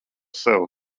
sev